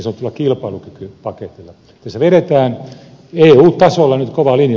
tässä vedetään eun tasolla nyt kova linja